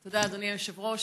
תודה, אדוני היושב-ראש.